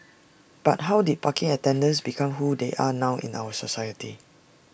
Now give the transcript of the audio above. but how did parking attendants become who they are now in our society